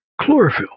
chlorophyll